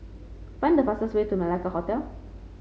find the fastest way to Malacca Hotel